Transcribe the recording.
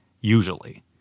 usually